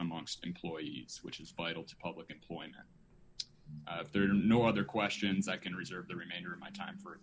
amongst employees which is vital to public employment if there are no other questions i can reserve the remainder of my time for